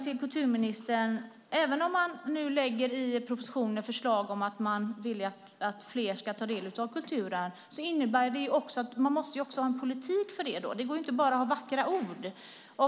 Återigen, kulturministern: Även om man nu i propositionen lägger fram förslag och säger att man vill att fler ska ta del av kulturen räcker inte det. Man måste också ha en politik för det. Det räcker inte med vackra ord.